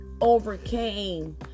overcame